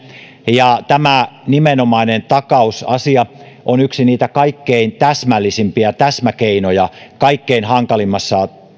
ja tämä nimenomainen takausasia on yksi niitä kaikkein täsmällisimpiä täsmäkeinoja kaikkein hankalimmassa